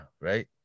right